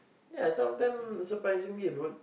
ya sometimes surprisingly wrote